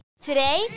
today